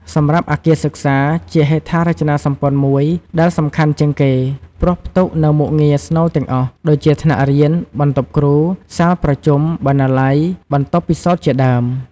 សម្រាប់អគារសិក្សា ជាហេដ្ឋារចនាសម្ព័ន្ធមួយដែលសំខាន់ជាងគេ ព្រោះផ្ទុកនូវមុខងារស្នូលទាំងអស់ ដូចជា ថ្នាក់រៀន បន្ទប់គ្រូ សាលប្រជុំ បណ្ណាល័យ បន្ទប់ពិសោធន៍ជាដើម។